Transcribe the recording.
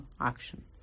action